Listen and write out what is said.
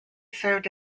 served